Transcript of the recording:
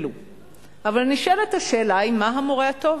אבל השאלה הנשאלת היא מהו המורה הטוב,